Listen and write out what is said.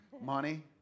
money